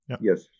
Yes